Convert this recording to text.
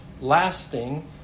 lasting